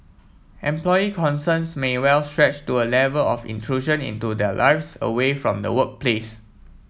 employee concerns may well stretch to A Level of intrusion into their lives away from the workplace